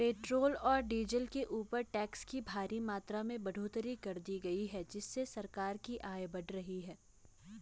petrol और diesel के ऊपर टैक्स की भारी मात्रा में बढ़ोतरी कर दी गई है जिससे सरकार की आय बढ़ रही है